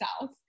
south